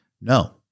No